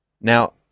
Now